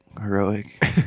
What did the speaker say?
heroic